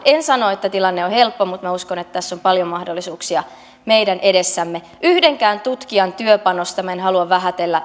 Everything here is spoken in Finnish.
en sano että tilanne on helppo mutta minä uskon että tässä on paljon mahdollisuuksia meidän edessämme yhdenkään tutkijan työpanosta minä en halua vähätellä